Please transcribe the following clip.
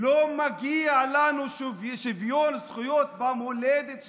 לא מגיע לנו שוויון זכויות במולדת שלנו?